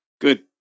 Good